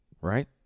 Right